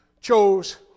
chose